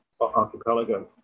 archipelago